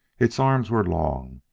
its arms were long,